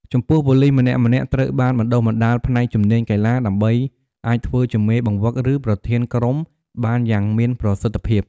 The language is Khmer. ចំពោះប៉ូលីសម្នាក់ៗត្រូវបានបណ្តុះបណ្តាលផ្នែកជំនាញកីឡា ដើម្បីអាចធ្វើជាមេបង្វឹកឬប្រធានក្រុមបានយ៉ាងមានប្រសិទ្ធិភាព។